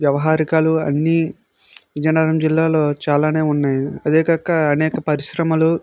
వ్యవహారికాలు అన్నీ విజయనగరం జిల్లాలో చాలానే ఉన్నాయి అదేకాక అనేక పరిశ్రమలు